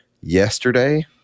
yesterday